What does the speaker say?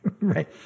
Right